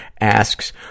asks